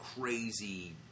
crazy